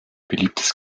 beliebtes